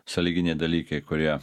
sąlyginiai dalykai kurie